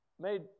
made